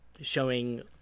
showing